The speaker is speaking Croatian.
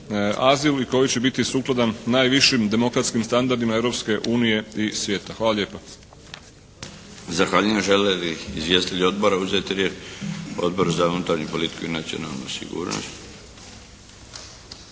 azil i koji će biti sukladan najvišim demokratskim standardima Europske unije i svijeta. Hvala lijepa. **Milinović, Darko (HDZ)** Zahvaljujem. Žele li izvjestitelji odbora uzeti riječ? Odbor za unutarnju politiku i nacionalnu sigurnost.